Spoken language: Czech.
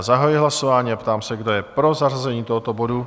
Zahajuji hlasování a ptám se, kdo je pro zařazení tohoto bodu?